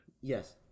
Yes